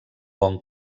bon